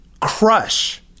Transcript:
crush